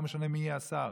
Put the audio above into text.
לא משנה מי יהיה השר.